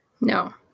No